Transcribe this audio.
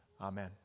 Amen